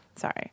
sorry